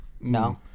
no